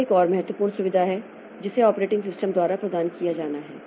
तो यह एक और महत्वपूर्ण सुविधा है जिसे ऑपरेटिंग सिस्टम द्वारा प्रदान किया जाना है